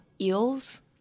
eels